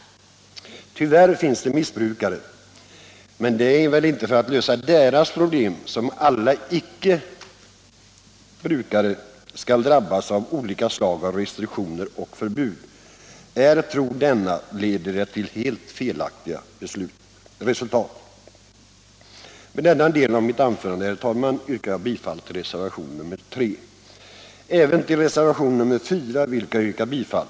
Tyvärr finns det missbrukare, men det är väl inte för att lösa deras problem som alla icke missbrukare skall drabbas av olika slag av restriktioner och förbud. Tror man på den möjligheten leder det till helt felaktiga resultat. Med denna del av mitt anförande, herr talman, yrkar jag bifall till reservationen 3. Även till reservationen 4 vill jag yrka bifall.